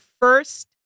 first